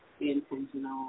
intentional